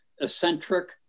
eccentric